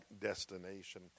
destination